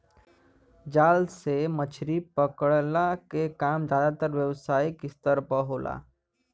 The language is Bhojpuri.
जाल से मछरी पकड़ला के काम जादातर व्यावसायिक स्तर पे होला